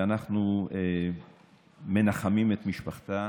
ואנחנו מנחמים את משפחתה,